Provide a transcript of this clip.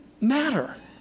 matter